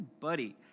buddy